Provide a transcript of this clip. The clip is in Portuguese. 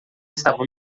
estava